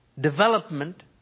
development